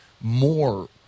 more